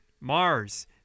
Mars